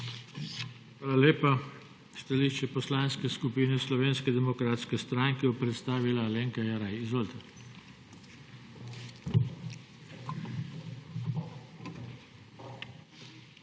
Hvala lepa. Stališče Poslanske skupine Slovenske demokratske stranke bo predstavila Alenka Jeraj. Izvolite. **ALENKA